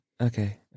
okay